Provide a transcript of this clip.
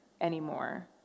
anymore